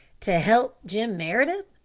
to help jim meredith?